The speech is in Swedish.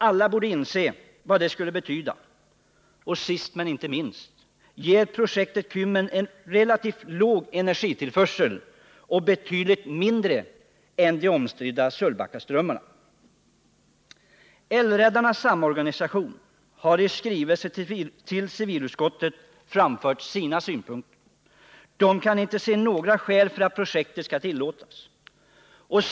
Alla borde inse vad det skulle betyda. Sist, men inte minst, ger projektet Kymmen relativt låg energitillförsel och betydligt mindre än de omstridda Sölvbackaströmmarna. Älvräddarnas samorganisation har i skrivelse till civilutskottet framfört sina synpunkter. De kan inte se några skäl för att projektet skall tillåtas.